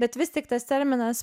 bet vis tik tas terminas